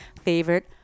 favorite